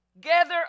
Gather